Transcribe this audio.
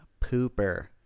Pooper